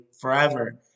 forever